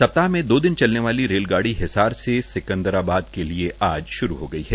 स ताह म दो दन चलने वाल रेलगाड़ी हसार से संकदराबाद के लये आज शु हो गई है